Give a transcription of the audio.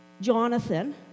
Jonathan